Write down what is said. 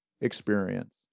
experience